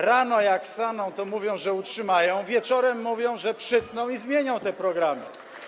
Rano, jak wstaną, mówią, że utrzymają, a wieczorem mówią, że przytną i zmienią te programy.